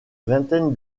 vingtaine